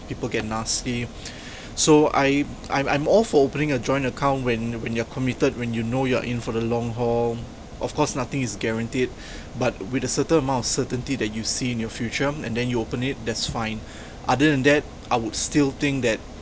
people get nasty so I I'm I'm all for opening a joint account when when you're committed when you know you're in for the long haul of course nothing is guaranteed but with a certain amount of certainty that you see in your future and then you open it that's fine other than that I would still think that